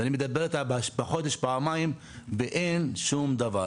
ואני מדבר איתה פעמיים בחודש ואין שום דבר.